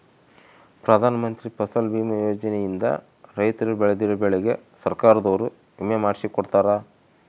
ಪ್ರಧಾನ ಮಂತ್ರಿ ಫಸಲ್ ಬಿಮಾ ಯೋಜನೆ ಇಂದ ರೈತರು ಬೆಳ್ದಿರೋ ಬೆಳೆಗೆ ಸರ್ಕಾರದೊರು ವಿಮೆ ಮಾಡ್ಸಿ ಕೊಡ್ತಾರ